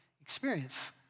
experience